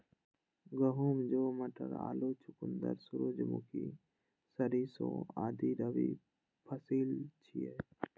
गहूम, जौ, मटर, आलू, चुकंदर, सूरजमुखी, सरिसों आदि रबी फसिल छियै